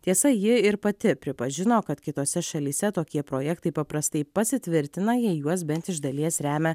tiesa ji ir pati pripažino kad kitose šalyse tokie projektai paprastai pasitvirtina jei juos bent iš dalies remia